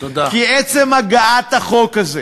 כי עצם הגעת החוק הזה